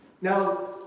Now